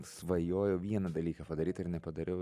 svajojau vieną dalyką padaryt ir nepadariau